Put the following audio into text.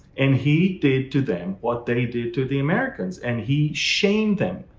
and he did to them what they did to the americans, and he shamed them.